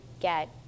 get